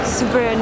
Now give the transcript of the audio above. super